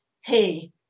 hey